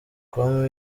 com